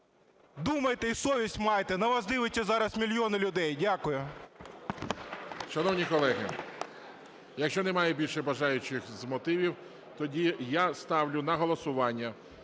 Думайте і совість майте, на вас дивляться зараз мільйони людей. Дякую.